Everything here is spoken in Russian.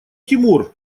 тимур